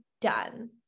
Done